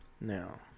Now